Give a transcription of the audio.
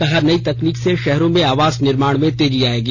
कहा नई तकनीक से शहरों मे आवास निर्माण में तेजी आएगी